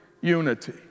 unity